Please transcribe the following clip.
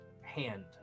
hand